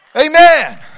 Amen